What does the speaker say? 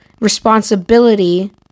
responsibility